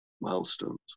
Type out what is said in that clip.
milestones